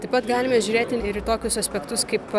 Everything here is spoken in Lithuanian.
taip pat galime žiūrėti ir į tokius aspektus kaip